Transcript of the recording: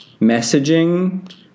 messaging